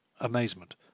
Amazement